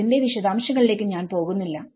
അതിന്റെ വിശദാംശങ്ങളിലേക്ക് ഞാൻ പോകുന്നില്ല